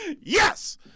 Yes